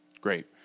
Great